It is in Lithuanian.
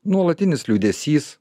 nuolatinis liūdesys